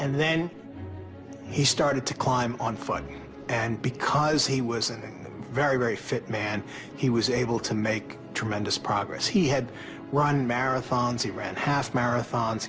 and then he started to climb on five and because he wasn't very very fit man he was able to make tremendous progress he had run marathons he ran half marathon